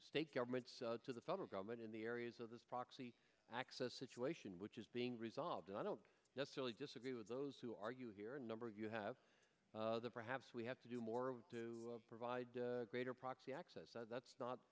state government to the federal government in the areas of this proxy access situation which is being resolved and i don't necessarily disagree with those who argue here a number of you have perhaps we have to do more to provide greater proxy access that's not